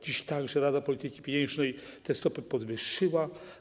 Dziś także Rada Polityki Pieniężnej te stopy podwyższyła.